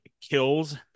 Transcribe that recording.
kills